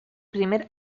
primer